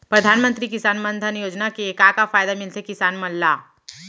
परधानमंतरी किसान मन धन योजना के का का फायदा मिलथे किसान मन ला?